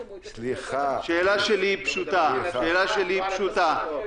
השאלה שלי היא פשוטה: